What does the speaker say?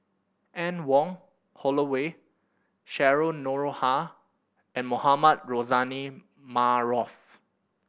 Anne Wong Holloway Cheryl Noronha and Mohamed Rozani Maarof